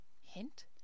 Hint